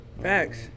Facts